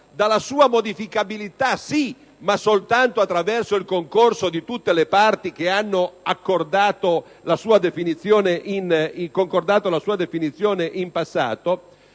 dalla sua modificabilità, sì, ma soltanto attraverso il concorso di tutte le parti che hanno concordato la sua definizione in passato,